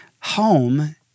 home